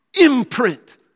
imprint